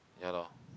ya lor